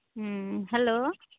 ᱦᱩᱸ ᱦᱮᱞᱳ